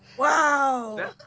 Wow